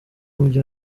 umugi